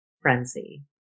frenzy